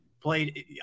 played